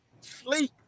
sleep